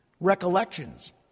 recollections